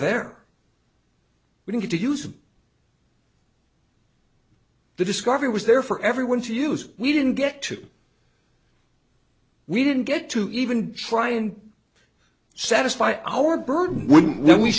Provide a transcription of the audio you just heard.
there we don't get to use the discovery was there for everyone to use we didn't get to we didn't get to even try and satisfy our burden when w